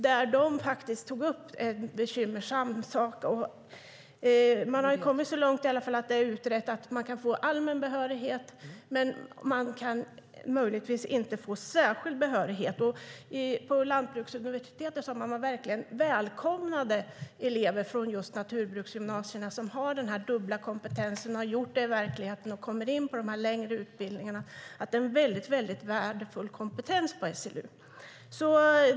Där tog de upp en bekymmersam sak: Man har i alla fall kommit så långt att det är utrett att man kan få allmän behörighet, men man kan möjligtvis inte få särskild behörighet. På lantbruksuniversitetet sa de att de verkligen välkomnade elever från just naturbruksgymnasierna som har den dubbla kompetensen, som har gjort det i verkligheten och kommer in på de längre utbildningarna. Det är en väldigt värdefull kompetens på SLU.